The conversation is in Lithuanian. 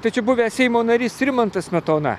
tačiau buvęs seimo narys rimantas smetona